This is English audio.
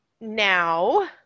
Now